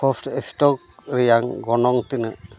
post stock ᱨᱮᱭᱟᱝ ᱜᱚᱱᱚᱝ ᱛᱤᱱᱟᱹᱜ